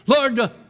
Lord